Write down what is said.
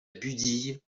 budille